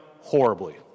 horribly